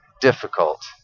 difficult